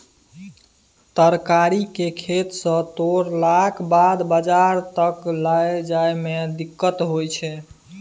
तरकारी केँ खेत सँ तोड़लाक बाद बजार तक लए जाए में दिक्कत होइ छै